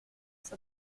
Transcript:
else